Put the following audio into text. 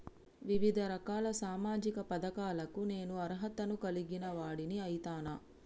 వివిధ రకాల సామాజిక పథకాలకు నేను అర్హత ను కలిగిన వాడిని అయితనా?